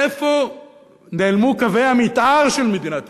איפה נעלמו קווי המיתאר של מדינת ישראל?